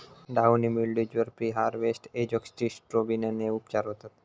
downy mildews वर preharvest एजोक्सिस्ट्रोबिनने उपचार होतत